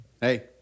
Hey